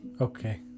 Okay